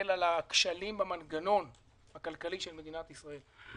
המשבר הזה ונסתכל על הכשלים במנגנון הכלכלי של מדינת ישראל,